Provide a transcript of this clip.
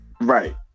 Right